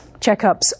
checkups